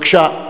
בבקשה.